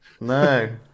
No